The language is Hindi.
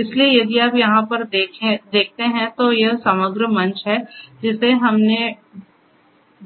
इसलिए यदि आप यहाँ पर देखते हैं तो यह समग्र मंच है जिसे हमने